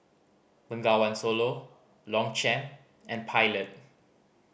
Bengawan Solo Longchamp and Pilot